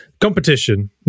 competition